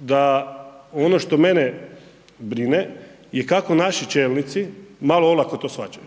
da ono što mene brine je kako naši čelnici malo olako to shvaćaju.